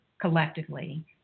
collectively